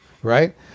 Right